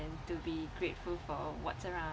and to be grateful for what's around